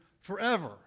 forever